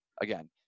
Again